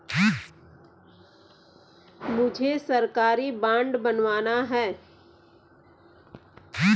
मुझे सरकारी बॉन्ड बनवाना है